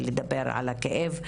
ולדבר על הכאב,